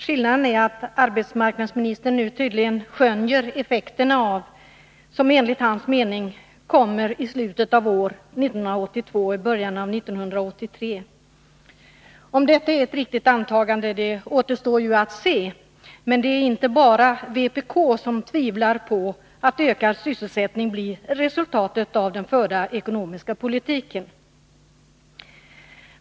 Skillnaden är att arbetsmarknadsministern nu tycks skönja effekterna, som enligt hans uppfattning kommer i slutet av år 1982 och i början av 1983. Om detta är ett riktigt antagande återstår att se. Men det är inte bara vpk som tvivlar på att ökad sysselsättning blir resultatet av den förda ekonomiska politiken.